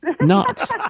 nuts